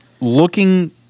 looking